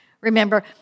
Remember